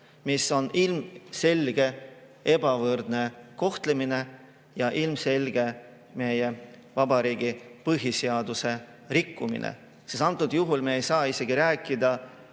See on ilmselge ebavõrdne kohtlemine ja ilmselge meie vabariigi põhiseaduse rikkumine. Sest antud juhul me ei saa isegi rääkida